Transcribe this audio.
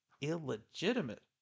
illegitimate